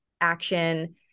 Action